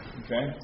okay